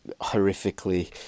horrifically